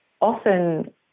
often